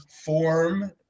form